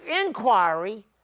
inquiry